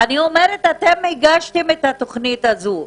אני אומרת שאתם הגשתם את התוכנית הזאת.